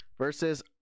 Versus